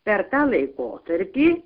per tą laikotarpį